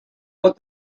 but